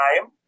time